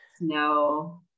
no